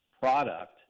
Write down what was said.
product